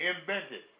invented